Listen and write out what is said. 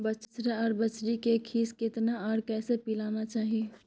बछरा आर बछरी के खीस केतना आर कैसे पिलाना चाही?